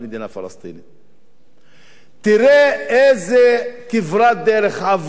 תראה איזו כברת דרך עברו בליגה הערבית לכיוון השלום,